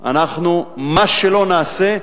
אנחנו, מה שלא נעשה,